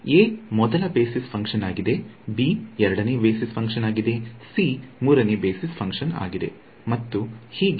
a ಮೊದಲ basis function ಆಗಿದೆ B ಎರಡನೇ ಬೇಸಿಸ್ ಫಂಕ್ಷನ್ ಆಗಿದೆ ಸಿ ಮೂರನೇ ಬೇಸಿಸ್ ಫಂಕ್ಷನ್ ಅಗ್ಗಿದೆ ಮತ್ತು ಹೀಗೆ